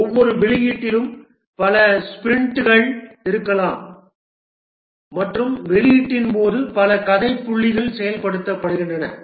ஒவ்வொரு வெளியீட்டிலும் பல ஸ்ப்ரிண்ட்கள் இருக்கலாம் மற்றும் வெளியீட்டின் போது பல கதை புள்ளிகள் செயல்படுத்தப்படுகின்றன